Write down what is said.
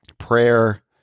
prayer